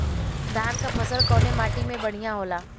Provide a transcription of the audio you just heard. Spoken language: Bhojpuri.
धान क फसल कवने माटी में बढ़ियां होला?